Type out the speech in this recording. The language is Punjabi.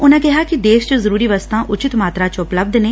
ਉਨੂਾ ਕਿਹਾ ਕਿ ਦੇਸ਼ ਚ ਜ਼ਰੂਰੀ ਵਸਤਾ ਉਚਿਤ ਮਾਤਰਾ ਚ ਉਪਲਬੱਧ ਨੇ